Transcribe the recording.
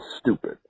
stupid